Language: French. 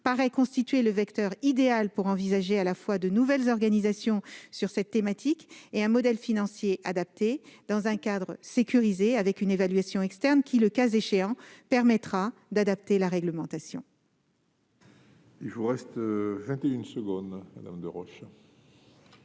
paraît constituer le vecteur idéal pour envisager à la fois de nouvelles organisations sur cette thématique et un modèle financier adapté, dans un cadre sécurisé, avec une évaluation externe qui, le cas échéant, permettra d'adapter la réglementation.